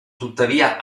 tuttavia